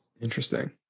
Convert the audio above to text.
Interesting